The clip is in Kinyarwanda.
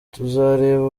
tuzareba